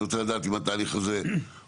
אני רוצה לדעת אם התהליך הזה עובד.